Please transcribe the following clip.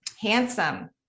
handsome